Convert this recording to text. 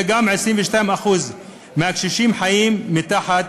אלא גם 22% מהקשישים חיים מתחת